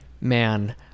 man